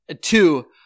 Two